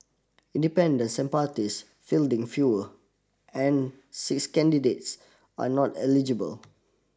independents and parties fielding fewer and six candidates are not eligible